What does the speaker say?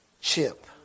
chip